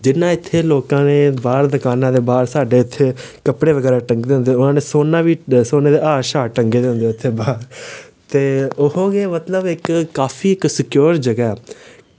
जि'यां इत्थै लोकां ने बाह्र दकाना दे बाह्र साढ़े इत्थै कपड़े बगैरा टंगे दे होंदे उ'नें सोने बी सोने दे हार शार टंगे दे होंदे उत्थै बाह्र ते ओहो गै मतलब इक काफी इक सिक्योर जगह ऐ